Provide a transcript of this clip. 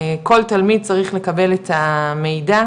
כל תלמיד צריך לקבל את המידע,